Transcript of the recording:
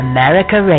America